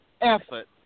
Effort